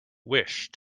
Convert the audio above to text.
wish